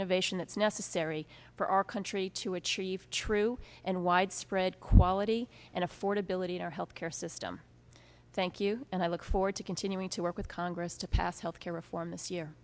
innovation that's necessary for our country to achieve true and widespread quality and affordability in our health care system thank you and i look forward to continuing to work with congress to pass health care reform this year